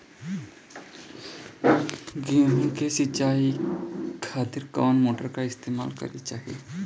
गेहूं के सिंचाई खातिर कौन मोटर का इस्तेमाल करे के चाहीं?